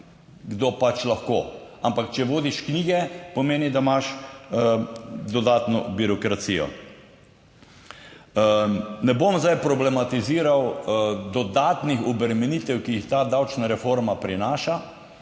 kdor pač lahko, ampak če vodiš knjige, pomeni, da imaš dodatno birokracijo. Ne bom zdaj problematiziral dodatnih obremenitev, ki jih ta davčna reforma prinaša.